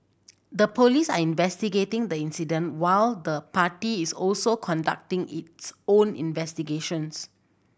the police are investigating the incident while the party is also conducting its own investigations